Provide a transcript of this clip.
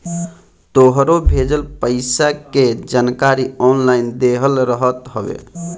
तोहरो भेजल पईसा के जानकारी ऑनलाइन देहल रहत हवे